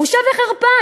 בושה וחרפה.